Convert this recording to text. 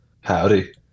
Howdy